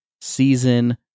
season